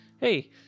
hey